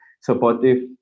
supportive